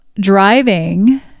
driving